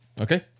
Okay